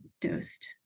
dosed